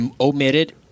omitted